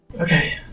okay